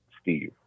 Steve